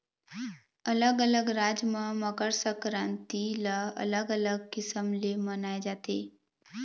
अलग अलग राज म मकर संकरांति ल अलग अलग किसम ले मनाए जाथे